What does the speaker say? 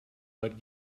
but